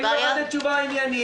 היא אמורה לתת תשובה עניינית.